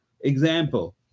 Example